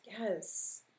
Yes